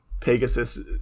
Pegasus